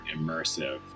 immersive